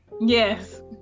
Yes